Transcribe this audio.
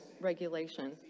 regulation